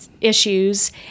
issues